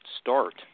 start